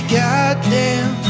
goddamn